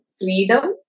Freedom